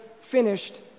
finished